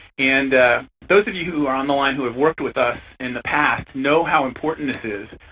and those of you who are on the line who have worked with us in the past know how important this is,